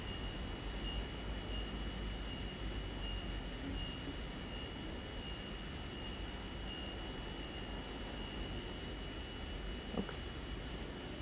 okay